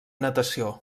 natació